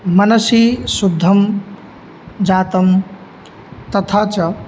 मनः शुद्धः जातं तथा च